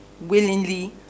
willingly